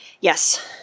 yes